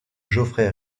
geoffrey